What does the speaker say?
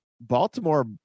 Baltimore